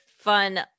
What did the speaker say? Fun